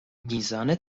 میزان